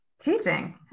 teaching